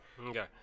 Okay